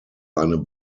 eine